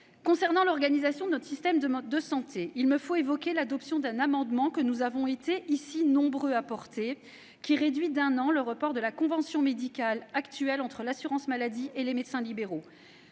Concernant l'organisation de notre système de santé, il me faut évoquer l'adoption d'un amendement, que nous avons été nombreux ici à porter, prévoyant de réduire d'un an le report de la convention médicale actuelle entre l'assurance maladie et les médecins libéraux.